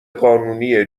قانونیه